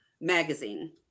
magazine